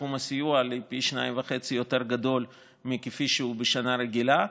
סכום הסיוע לפי 2.5 יותר מכפי שהוא בשנה רגילה.